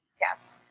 Yes